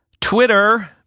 Twitter